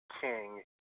king